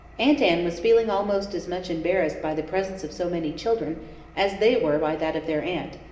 aunt anne was feeling almost as much embarrassed by the presence of so many children as they were by that of their aunt,